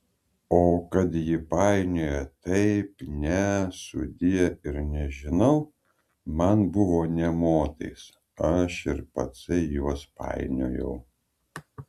o kad ji painiojo taip ne sudie ir nežinau man buvo nė motais aš ir patsai juos painiojau